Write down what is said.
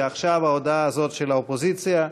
ועכשיו ההודעה הזאת של האופוזיציה.